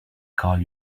call